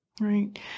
Right